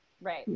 Right